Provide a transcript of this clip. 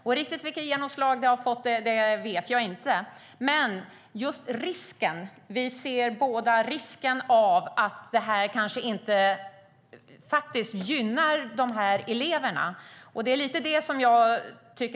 Jag vet inte vilket genomslag det har fått. Vi ser båda risken för att detta inte gynnar eleverna.